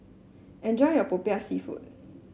enjoy your Popiah seafood